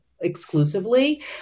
exclusively